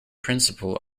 principle